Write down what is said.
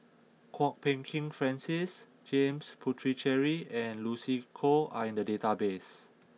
Kwok Peng Kin Francis James Puthucheary and Lucy Koh are in the database